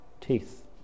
teeth